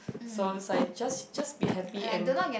so it's like just just be happy and